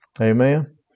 Amen